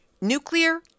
nuclear